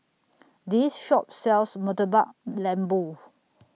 This Shop sells Murtabak Lembu